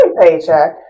paycheck